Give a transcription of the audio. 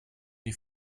die